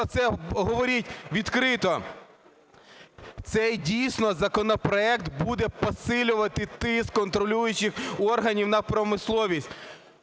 про це говоріть відкрито. Цей, дійсно, законопроект буде посилювати тиск контролюючих органів на промисловість.